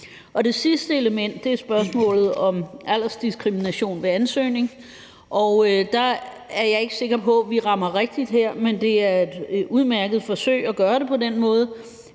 Det sidste element er spørgsmålet om aldersdiskrimination ved ansøgning, og der er jeg ikke sikker på, vi rammer rigtigt her, men det er et udmærket forsøg at gøre det på den måde.